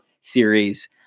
series